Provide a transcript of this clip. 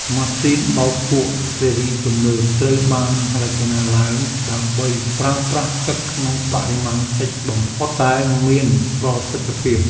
ម៉ាស៊ីនបោកគក់ស៊េរីទំនើបត្រូវបានរចនាឡើងដើម្បីប្រើប្រាស់ទឹកក្នុងបរិមាណតិចបំផុតតែមានប្រសិទ្ធភាព។